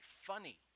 funny